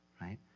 right